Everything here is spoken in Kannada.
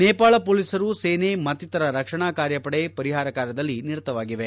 ನೇಪಾಳ ಪೊಲೀಸರು ಸೇನೆ ಮತ್ತಿತ್ತರ ರಕ್ಷಣಾ ಕಾರ್ಯಪಡೆ ಪರಿಹಾರ ಕಾರ್ಯದಲ್ಲಿ ನಿರತವಾಗಿವೆ